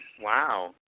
Wow